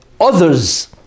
others